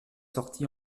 sortis